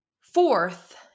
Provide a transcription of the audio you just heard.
Fourth